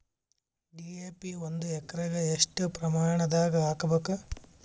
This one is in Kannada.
ಡಿ.ಎ.ಪಿ ಒಂದು ಎಕರಿಗ ಎಷ್ಟ ಪ್ರಮಾಣದಾಗ ಹಾಕಬೇಕು?